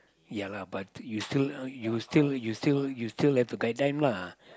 ya lah but you still you still you still you still have to guide them lah